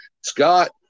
Scott